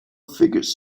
figures